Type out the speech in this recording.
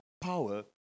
power